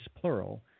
plural